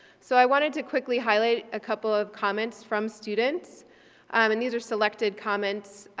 so i wanted to quickly highlight a couple of comments from students um and these were selected comments.